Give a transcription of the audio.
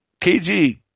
KG